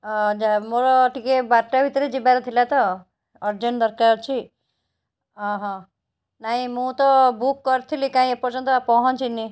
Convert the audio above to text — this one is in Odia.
ଅ ଯା ମୋର ଟିକେ ବାରଟା ଭିତରେ ଯିବାର ଥିଲା ତ ଅର୍ଜେଣ୍ଟ ଦରକାର ଅଛି ଅ ହ ନାହିଁ ମୁଁ ତ ବୁକ୍ କରିଥିଲି କାଇଁ ଏପର୍ଯ୍ୟନ୍ତ ପହଁଞ୍ଚିନି